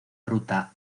ruta